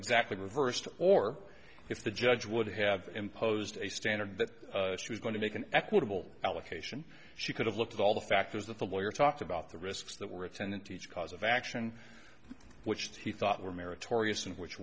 exactly reversed or if the judge would have imposed a standard that she was going to make an equitable allocation she could have looked at all the factors that the lawyer talked about the risks that were attendant each cause of action which he thought w